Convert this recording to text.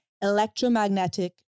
electromagnetic